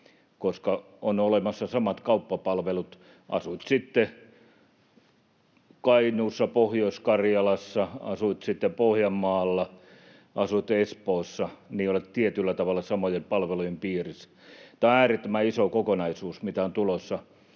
koska on olemassa samat kauppapalvelut — asuit sitten Kainuussa tai Pohjois-Karjalassa, asuit sitten Pohjanmaalla, asuit Espoossa, niin olet tietyllä tavalla samojen palvelujen piirissä. Tämä on äärettömän iso kokonaisuus, mitä on tulossa.